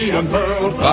unfurled